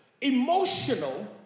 emotional